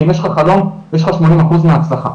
כי אם יש לך חלום יש לך שמונים אחוז מההצלחה,